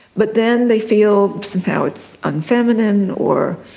but then they feel somehow it's unfeminine or,